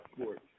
sports